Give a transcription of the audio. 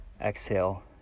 Exhale